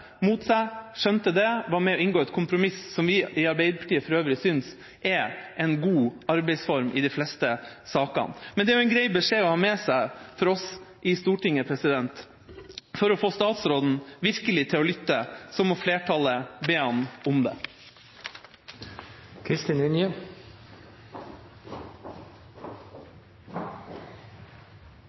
mot seg, skjønte det og var med og inngikk et kompromiss, som vi i Arbeiderpartiet for øvrig synes er en god arbeidsform i de fleste saker. Men det er jo en grei beskjed å ha med seg for oss i Stortinget: For å få statsråden til virkelig å lytte må flertallet be ham om